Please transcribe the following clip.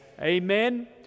Amen